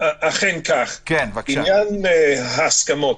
אכן כך, בעניין ההסכמות,